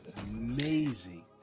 amazing